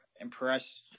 impress